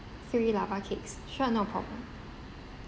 three lava cakes sure no problem